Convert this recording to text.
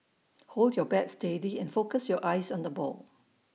hold your bat steady and focus your eyes on the ball